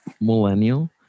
millennial